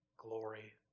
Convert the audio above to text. glory